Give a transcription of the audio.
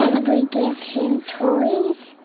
um and we give him toys.